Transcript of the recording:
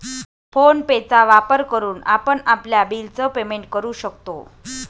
phone पे चा वापर करून आपण आपल्या बिल च पेमेंट करू शकतो